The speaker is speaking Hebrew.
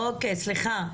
אוקיי, סליחה.